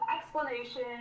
explanation